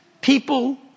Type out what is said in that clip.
People